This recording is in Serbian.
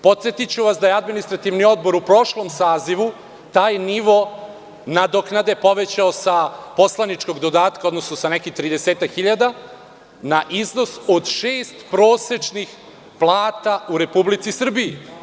Podsetiću vas da je Administrativni odbor u prošlom sazivu taj nivo nadoknade povećao sa poslaničkog dodatka, odnosno sa nekih tridesetak hiljada na iznos od šest prosečnih plata u Republici Srbiji.